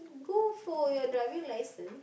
go for your driving license